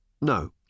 No